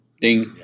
ding